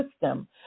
system